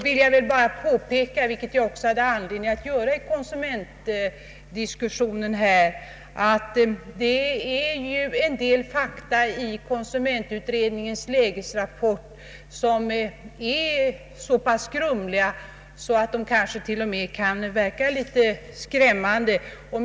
Till det vill jag säga — vilket jag också haft anledning att göra i konsumentdiskussionen — att en del fakta i konsumentutredningens lägesrapport är så pass grumliga att de kanske till och med kan verka litet skrämmande.